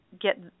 get